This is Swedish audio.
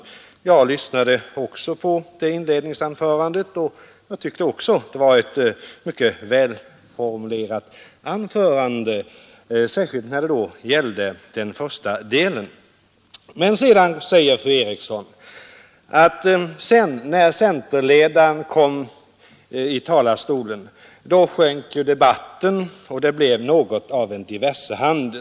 Även jag lyssnade på det inledningsanförandet och tyckte att det var mycket välformulerat, särskilt i dess första del. Men, säger fru Eriksson, när centerledaren kom upp i talarstolen sjönk debatten, och det blev något av en diversehandel.